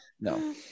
No